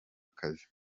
kazi